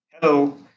Hello